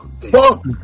Fuck